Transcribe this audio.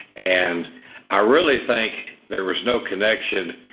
and i really think there was no connection,